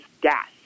gas